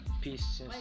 peace